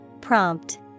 Prompt